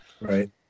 Right